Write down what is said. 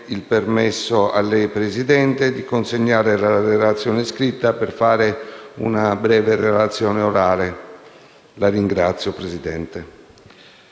Grazie,